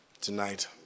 tonight